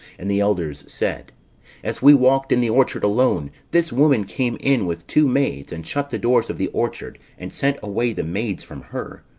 and the elders said as we walked in the orchard alone, this woman came in with two maids, and shut the doors of the orchard, and sent away the maids from her.